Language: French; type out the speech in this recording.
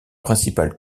principales